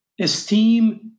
esteem